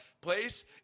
Place